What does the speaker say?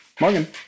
Morgan